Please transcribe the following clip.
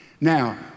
Now